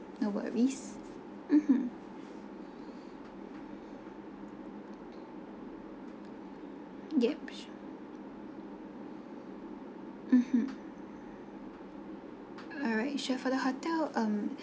no worries mmhmm yeah mmhmm alright sure for the hotel um